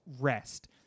rest